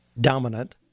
dominant